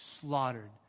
slaughtered